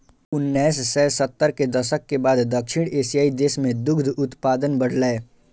उन्नैस सय सत्तर के दशक के बाद दक्षिण एशियाइ देश मे दुग्ध उत्पादन बढ़लैए